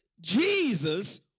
Jesus